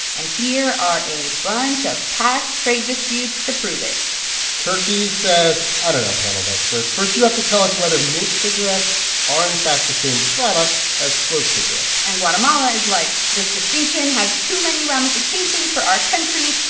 and here are a bunch of past trade disputes to prove it turkey says, i don't know, panel of experts. first, you have to tell us whether mint cigarettes are, in fact, the same product as clove cigarettes and guatemala is like, this distinction has too many ramifications for our country.